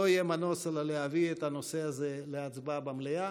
לא יהיה מנוס אלא להביא את הנושא הזה להצבעה במליאה.